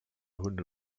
hunde